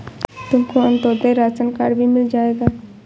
तुमको Antyodaya ration card भी मिल जाएगा